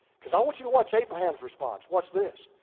cause i want you to watch abraham's response. watch this.